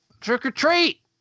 trick-or-treat